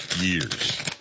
Years